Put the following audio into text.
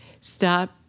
Stop